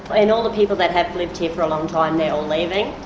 and all the people that have lived here for a long time, they're all leaving.